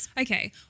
Okay